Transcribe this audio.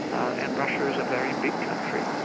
and russia is a very big country.